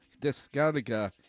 descarga